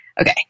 Okay